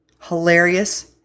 hilarious